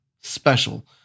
special